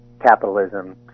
capitalism